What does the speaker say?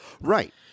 Right